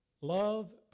love